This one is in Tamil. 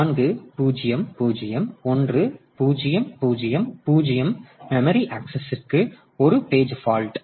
எனவே 400 1000 மெமரி ஆக்சஸ்க்கு ஒரு பேஜ் பால்ட்